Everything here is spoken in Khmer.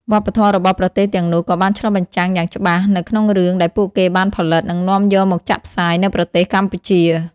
វប្បធម៌របស់ប្រទេសទាំងនោះក៏បានឆ្លុះបញ្ចាំងយ៉ាងច្បាស់នៅក្នុងរឿងដែលពួកគេបានផលិតនិងនាំយកមកចាក់ផ្សាយនៅប្រទេសកម្ពុជា។